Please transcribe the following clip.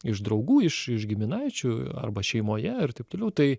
iš draugų iš iš giminaičių arba šeimoje ir taip toliau tai